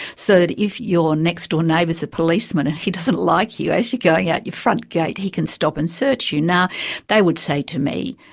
so that if your next-door neighbour's a policeman, if he doesn't like you, as you're going out your front gate he can stop and search you. now they would say to me,